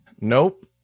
Nope